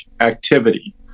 activity